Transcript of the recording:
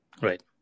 Right